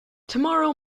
tomorrow